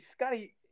Scotty